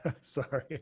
Sorry